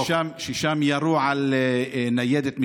שם ירו על ניידת משטרה,